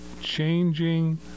changing